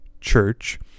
Church